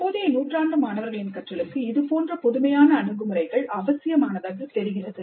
தற்போதைய நூற்றாண்டு மாணவர்களின் கற்றலுக்கு இதுபோன்ற புதுமையான அணுகுமுறைகள் அவசியமானதாக தெரிகிறது